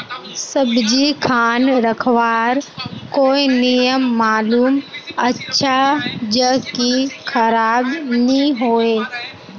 सब्जी खान रखवार कोई नियम मालूम अच्छा ज की खराब नि होय?